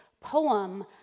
poem